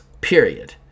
period